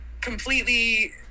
completely